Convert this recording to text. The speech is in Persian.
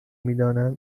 میدانم